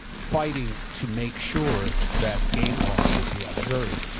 fighting to make sure that game laws would be observed.